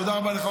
תודה רבה לך,